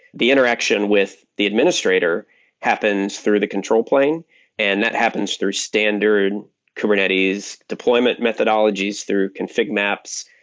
the interaction with the administrator happens through the control plane and that happens through standard kubernetes deployment methodologies through config maps,